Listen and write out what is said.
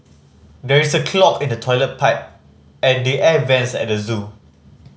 there is a clog in the toilet pipe and the air vents at the zoo